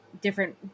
different